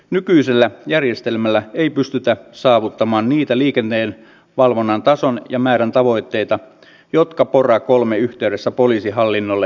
nykyisellä järjestelmällä ei pystytä saavuttamaan niitä liikenteenvalvonnan tason ja määrän tavoitteita jotka pora iiin yhteydessä poliisihallinnolle asetettiin